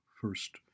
first